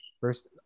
first